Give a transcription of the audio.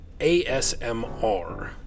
ASMR